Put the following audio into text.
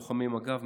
לוחמי מג"ב,